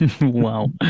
Wow